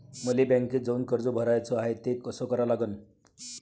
मले बँकेत जाऊन कर्ज भराच हाय त ते कस करा लागन?